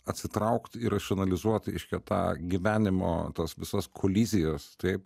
atsitraukt ir racionalizuot reiškia tą gyvenimo tas visas kolizijas taip